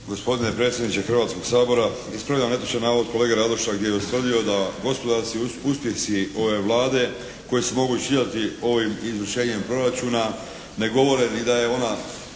Gospodine predsjedniče Hrvatskoga sabora ispravljam netočni navod kolege Radoša gdje je ustvrdio da gospodarski uspjesi ove Vlade koji se mogu čitati ovim izvršenjem proračuna ne govore ni da je ona